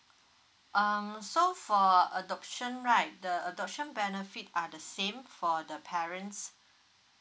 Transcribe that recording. um so for adoption right the adoption benefit are the same for the parents